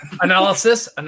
Analysis